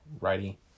righty